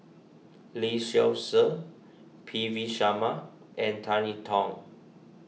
Lee Seow Ser P V Sharma and Tan Yee Tong